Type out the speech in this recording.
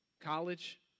college